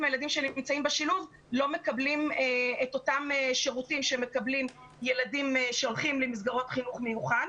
לא מקבלים את אותם שירותים ילדים שהולכים למסגרות חינוך מיוחד.